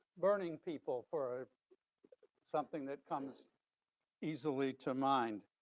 burning people for something that comes easily to mind.